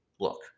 Look